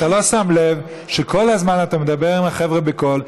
אתה לא שם לב שכל הזמן אתה מדבר עם החבר'ה בקול.